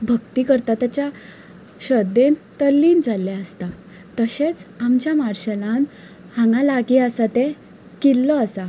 भक्ती करता तेच्या श्रध्देन तल्लीन जाल्ले आसता तशेंच आमच्या मार्शेलांत हांगां लागीं आसा तें किल्लो आसा